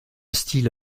style